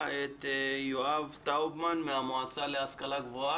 יואב טאובמן מהמועצה להשכלה גבוהה.